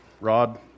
Rod